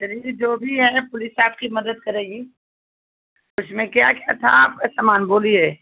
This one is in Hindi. चलिए जो भी है पुलिस आपकी मदद करेगी उसमें क्या क्या था आपका समान बोलिए